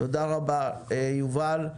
תודה רבה, יובל.